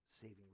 saving